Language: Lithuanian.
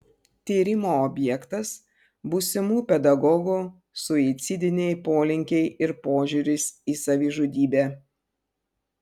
tyrimo objektas būsimų pedagogų suicidiniai polinkiai ir požiūris į savižudybę